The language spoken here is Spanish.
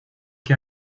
que